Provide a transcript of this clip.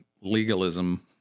legalism